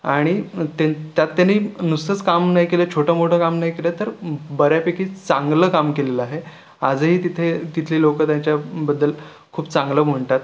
आणि तेन् त्यात त्यांनी नुसतंच काम नाही केलं छोटं मोठं काम नाही केलं तर बऱ्यापैकी चांगलं काम केलेलं आहे आजही तिथे तिथली लोकं त्यांच्याबद्दल खूप चांगलं म्हणतात